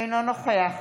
אינו נוכח